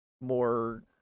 more